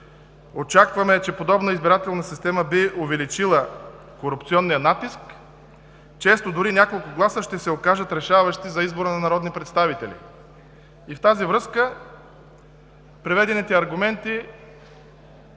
Очакваме, че подобна избирателна система би увеличила корупционният натиск. Често дори няколко гласа биха се оказали решаващи за избор на народен представител. В тази връзка, приведените аргументи